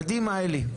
קדימה אלי.